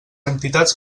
entitats